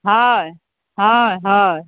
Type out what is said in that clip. হয় হয় হয়